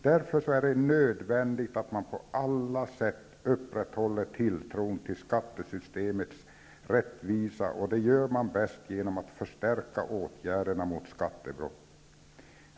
Därför är det nödvändigt att man på alla sätt upprätthåller tilltron till skattesystemets rättvisa, och det gör man bäst genom att förstärka åtgärderna mot skattebrott.